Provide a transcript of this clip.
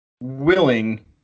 willing